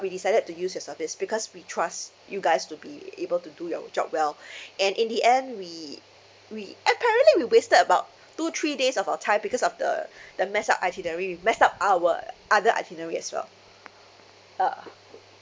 we decided to use your service because we trust you guys to be able to do your job well and in the end we we apparently we wasted about two three days of our time because of the the messed up itinerary it messed up our other itinerary as well ah